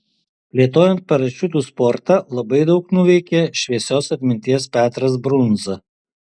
plėtojant parašiutų sportą labai daug nuveikė šviesios atminties petras brundza